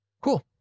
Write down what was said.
cool